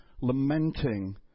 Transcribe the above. lamenting